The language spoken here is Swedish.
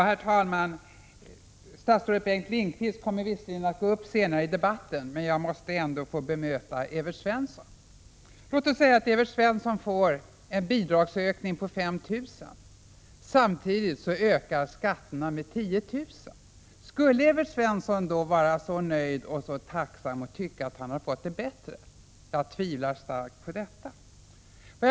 Herr talman! Statsrådet Bengt Lindqvist kommer visserligen att gå upp senare i debatten, men jag måste ändå bemöta Evert Svensson. Låt oss säga att Evert Svensson får en bidragsökning på 5 000 kr. samtidigt som hans skatter ökar med 10 000. Skulle Evert Svensson då vara nöjd och tacksam och tycka att han fått det bättre? Jag tvivlar starkt på detta.